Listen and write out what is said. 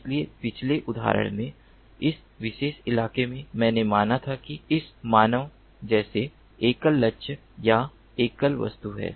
इसलिए पिछले उदाहरण में इस विशेष इलाके में मैंने माना था कि इस मानव जैसा एकल लक्ष्य या एकल वस्तु है